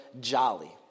jolly